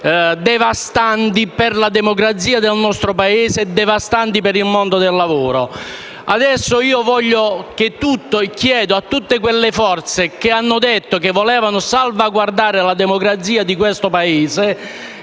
devastanti per la democrazia del nostro Paese e per il mondo del lavoro. Adesso chiedo a tutte le forze che hanno detto che volevano salvaguardare la democrazia di questo Paese